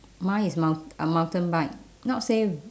mine is mount~ a mountain bike not say